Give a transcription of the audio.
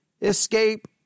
escape